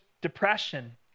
depression